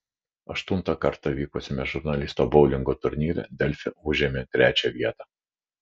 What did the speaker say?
aštuntą kartą vykusiame žurnalistų boulingo turnyre delfi užėmė trečią vietą